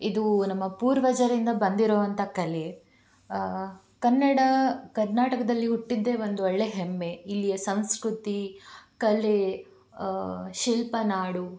ಇದು ನಮ್ಮ ಪೂರ್ವಜರಿಂದ ಬಂದಿರುವಂಥ ಕಲೆ ಕನ್ನಡ ಕರ್ನಾಟಕದಲ್ಲಿ ಹುಟ್ಟಿದ್ದೇ ಒಂದು ಒಳ್ಳೆಯ ಹೆಮ್ಮೆ ಇಲ್ಲಿಯ ಸಂಸ್ಕೃತಿ ಕಲೆ ಶಿಲ್ಪನಾಡು